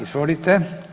Izvolite.